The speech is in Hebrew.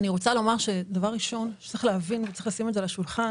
אני רוצה לומר שצריך להבין וצריך לשים את זה על השולחן